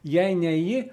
jei ne ji